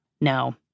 No